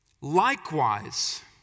Likewise